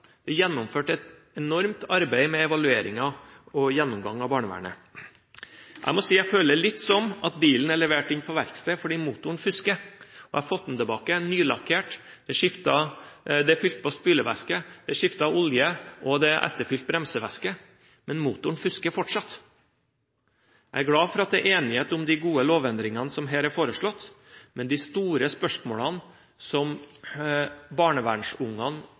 Det er gjennomført et enormt arbeid med evalueringen og gjennomgang av barnevernet. Jeg må si at jeg føler det litt sånn at bilen er levert inn på verksted fordi motoren fusker, jeg har fått den tilbake nylakkert, det er fylt på spylevæske, det er skiftet olje, og det er etterfylt bremsevæske, men motoren fusker fortsatt. Jeg er glad for at det er enighet om de gode lovendringene som her er foreslått. Men de store spørsmålene som